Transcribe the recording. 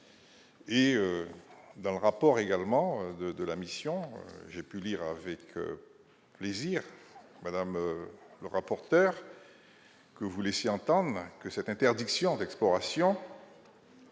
Dans le rapport de la commission, j'ai lu avec plaisir, madame la rapporteur, que vous laissiez entendre que cette interdiction d'exploration